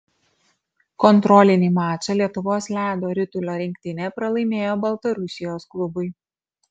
kontrolinį mačą lietuvos ledo ritulio rinktinė pralaimėjo baltarusijos klubui